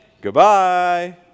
goodbye